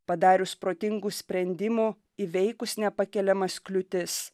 padarius protingų sprendimų įveikus nepakeliamas kliūtis